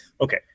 okay